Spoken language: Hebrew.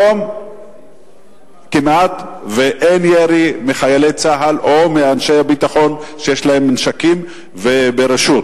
היום כמעט שאין ירי של חיילי צה"ל או אנשי הביטחון שיש להם נשקים ברשות.